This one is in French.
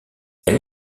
elle